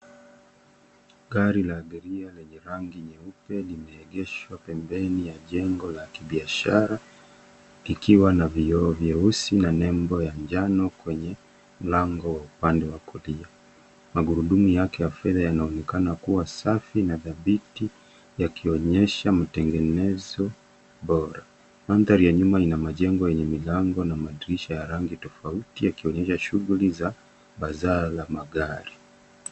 Gari la abiria lenye rangi nyeupe limeegeshwa pembeni ya jengo la kibiashara, likiwa na vioo vyeusi na nembo ya njano kwenye mlango wa upande wa kulia. Magurudumu yake ya fedha yanaonekana kuwa safi na dhabiti yakionyesha matengenezo bora. Mandhari ya nyuma ina majengo yenye milango na madirisha ya rangi tofauti yakionyesha shughuli za bazaar ya magari.